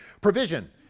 provision